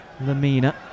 Lamina